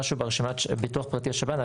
שהוא ברשימה של ביטוח פרטי או שב"ן,